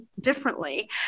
differently